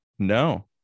No